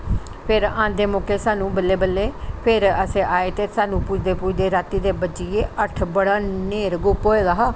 फिर आंदे मौके स्हानू बल्लें बल्लें फिर अस आए ते स्हानू पुजदे पुजदे राती दे बज्जी गे अट्ठ बड़ा न्हेर गुप होऐ दा हा